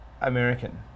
American